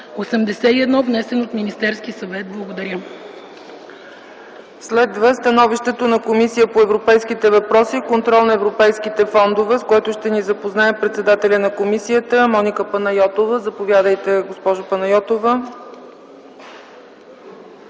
внесен от Министерския съвет.” Благодаря. ПРЕДСЕДАТЕЛ ЦЕЦКА ЦАЧЕВА: Следва становището на Комисията по европейските въпроси и контрол на европейските фондове, с което ще ни запознае председателят на комисията Моника Панайотова. Заповядайте, госпожице Панайотова.